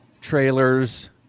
trailers